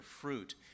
fruit